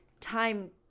time